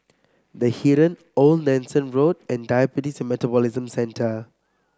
The Heeren Old Nelson Road and Diabetes and Metabolism Centre